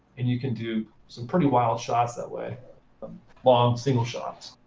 and you can do some pretty wild shots that way, some long single shots.